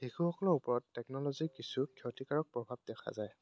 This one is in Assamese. শিশুসকলৰ ওপৰত টেকনলজিৰ কিছু ক্ষতিকাৰক প্ৰভাৱ দেখা যায়